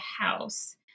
house